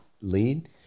lead